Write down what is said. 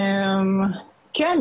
כן,